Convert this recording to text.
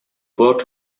plot